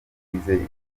ibijyanye